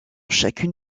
chacune